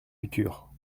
futurs